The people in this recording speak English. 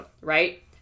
right